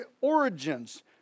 origins